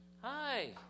Hi